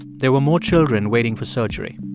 there were more children waiting for surgery.